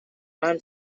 ran